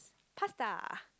pasta